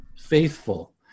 faithful